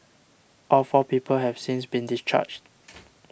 all four people have since been discharged